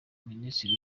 minisiteri